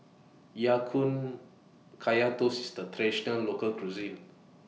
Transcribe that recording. Ya Kun Kaya Toast IS A Traditional Local Cuisine